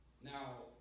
Now